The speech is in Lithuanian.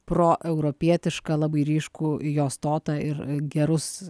proeuropietišką labai ryškų jo stotą ir gerus